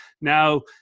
Now